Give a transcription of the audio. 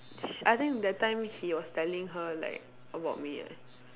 sh~ I think that time he was telling her like about me